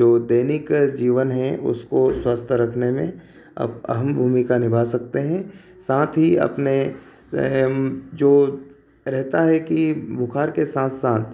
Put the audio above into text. जो दैनिक जीवन है उसको स्वस्थ रखने में अब अहम भूमिका निभा सकते हैं साथ ही अपने जो रहता है कि बुखार के साथ साथ